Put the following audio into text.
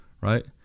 right